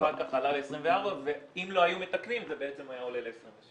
אחר כך עלה ל-24 ואם לא היו מתקנים זה בעצם היה עולה ל-26,